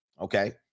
okay